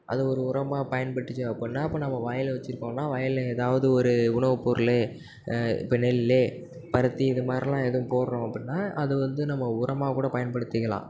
அது ஒரு உரமாக பயன்பட்டுச்சு அப்படினா இப்போ நம்ம வயல் வச்சுருக்கோன்னா வயலில் ஏதாவது ஒரு உணவு பொருள் இப்போ நெல் பருத்தி இது மாதிரிலாம் எதுவும் போடுறோம் அப்படினா அது வந்து நம்ம உரமாக கூட பயன்படுத்திக்கலாம்